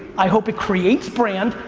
i hope it creates brand,